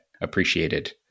appreciated